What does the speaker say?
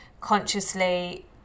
consciously